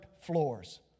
floors